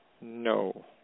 No